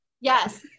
Yes